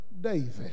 David